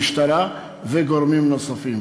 המשטרה וגורמים נוספים.